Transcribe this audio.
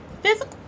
Physical